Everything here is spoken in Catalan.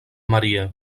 maria